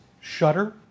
shutter